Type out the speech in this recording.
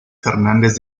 fernández